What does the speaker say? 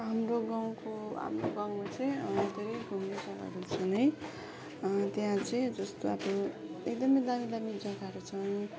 हाम्रो गाउँको हाम्रो गाउँमा चाहिँ धेरै घुम्ने जग्गाहरू छन् है त्यहाँ चाहिँ जस्तो अब एकदमै दामी दामी जग्गाहरू छन्